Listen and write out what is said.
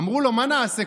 אמרו לו: מה נעשה?